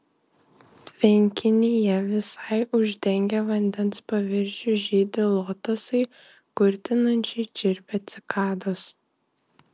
tvenkinyje visai uždengę vandens paviršių žydi lotosai kurtinančiai čirpia cikados